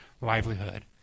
livelihood